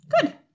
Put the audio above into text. Good